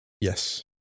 Yes